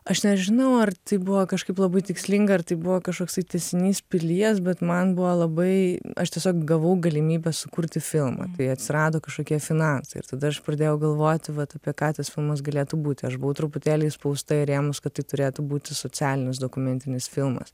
aš nežinau ar tai buvo kažkaip labai tikslinga ar tai buvo kažkoksai tęsinys pilies bet man buvo labai aš tiesiog gavau galimybę sukurti filmą tai atsirado kažkokie finansai ir tada aš pradėjau galvoti vat apie ką tas filmas galėtų būti aš buvau truputėlį įspausta į rėmus kad tai turėtų būti socialinis dokumentinis filmas